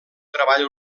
treball